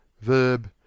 verb